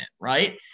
right